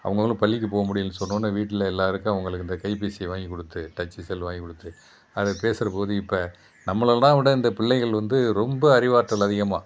அவங்கவுங்களும் பள்ளிக்கு போக முடியலைன்னு சொன்னோடனே வீட்டில் எல்லோருக்கும் அவங்களுக்கு இந்த கைப்பேசியை வாங்கிக் கொடுத்து டச்சி செல்லு வாங்கிக் கொடுத்து அது பேசுகிற போது இப்போ நம்மளலாம் விட இந்த பிள்ளைங்கள் வந்து ரொம்ப அறிவாற்றல் அதிகமாக